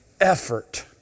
effort